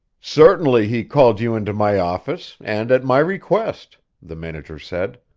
certainly he called you into my office, and at my request, the manager said.